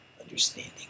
understanding